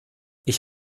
ich